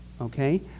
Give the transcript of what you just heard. okay